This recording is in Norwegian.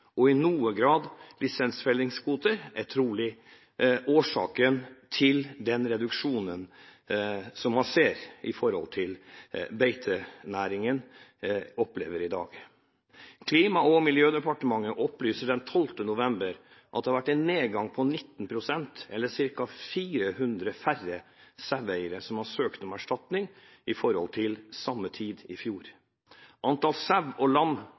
og i noe grad lisensfellingskvoter, er trolig årsaken til den reduksjonen som beitenæringen opplever i dag. Klima- og miljødepartementet opplyser den 12. november at det blant saueeiere som har søkt erstatning, har vært en nedgang på 19 pst., eller ca. 400 færre, i forhold til på samme tid i fjor. Antall sau og lam